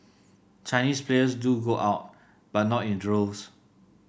chinese players do go out but not in droves